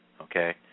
okay